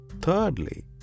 thirdly